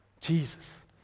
Jesus